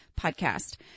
podcast